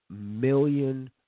million